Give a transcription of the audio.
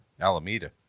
Alameda